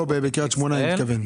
אני מתכוון לקריית שמונה.